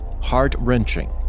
heart-wrenching